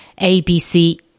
ABC